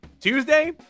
Tuesday